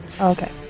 Okay